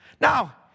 Now